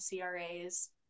cra's